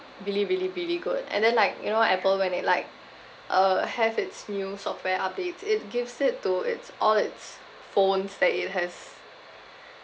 really really really good and then like you know Apple when it like uh have its new software updates it gives it to its all its phones that it has